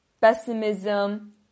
pessimism